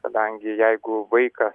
kadangi jeigu vaikas